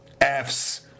F's